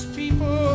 people